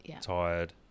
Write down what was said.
tired